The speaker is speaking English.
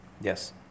Yes